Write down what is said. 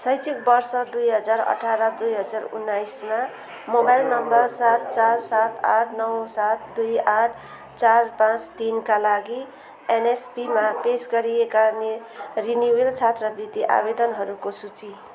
शैक्षिक वर्ष दुई हजार अठाह्र दुई हजार उन्नाइसमा मोबाइल नम्बर सात चार सात आठ नौ सात दुई आठ चार पाँच तिनका लागि एनएसपीमा पेस गरिएका ने रिनिवल छात्रवृत्ति आवेदनहरूको सूची